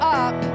up